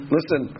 Listen